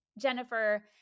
Jennifer